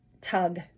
tug